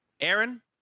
Aaron